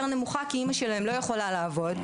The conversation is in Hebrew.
נמוכה כי אימא שלהם לא יכולה לעבוד,